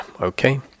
okay